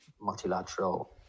multilateral